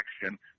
action